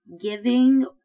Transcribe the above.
giving